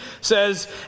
says